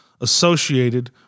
associated